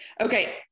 Okay